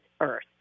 earth